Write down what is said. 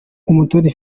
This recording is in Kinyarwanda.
umutoni